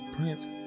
prince